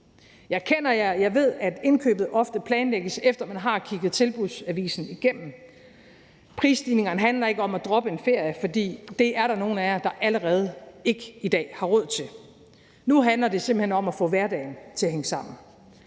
Jeg ved, at indkøbet ofte planlægges, efter man har kigget tilbudsavisen igennem. Prisstigningerne handler ikke om at droppe en ferie, for det er der nogle af jer der allerede i dag ikke har råd til. Nu handler det simpelt hen om at få hverdagen til at hænge sammen.